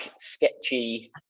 sketchy